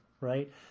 right